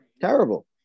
Terrible